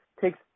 takes